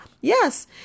Yes